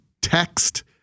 text